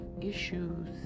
issues